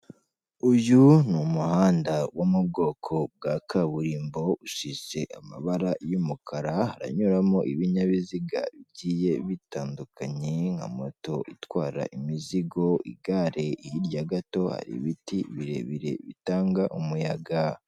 Uyu n'umuhanda wo mu bwoko bwa kaburimbo usize amabara y'umukara anyuramo ibinyabiziga bigiye bitandukanye nka moto itwara imizigo, igare, hirya gato hari ibiti birebire bitanga umuyaga.